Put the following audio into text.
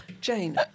Jane